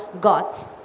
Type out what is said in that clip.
God's